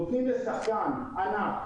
נותנים לשחקן ענק,